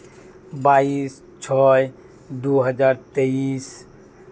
ᱵᱟᱭᱤᱥ ᱪᱷᱚᱭ ᱫᱩ ᱦᱟᱡᱟᱨ ᱛᱮᱭᱤᱥ